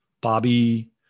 Bobby